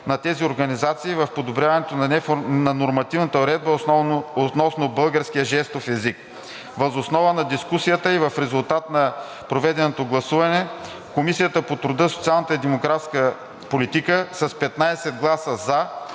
на тези организации в подобряването на нормативната уредба относно българския жестов език. Въз основа на дискусията и в резултат на проведеното гласуване Комисията по труда, социалната и демографската политика с 15 гласа